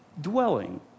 dwelling